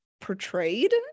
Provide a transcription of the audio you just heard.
portrayed